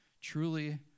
Truly